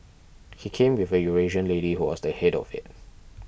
he came with a Eurasian lady who was the head of it